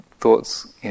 thoughts